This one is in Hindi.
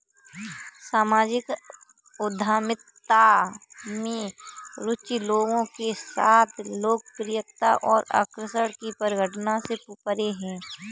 सामाजिक उद्यमिता में रुचि लोगों के साथ लोकप्रियता और आकर्षण की परिघटना से परे है